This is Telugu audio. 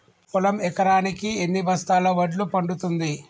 పొలం ఎకరాకి ఎన్ని బస్తాల వడ్లు పండుతుంది?